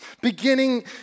beginning